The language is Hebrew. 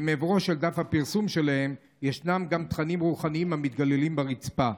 שמעברו של דף הפרסום שלהם ישנם גם תכנים רוחניים המתגוללים ברצפה.